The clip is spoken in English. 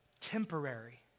temporary